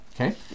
okay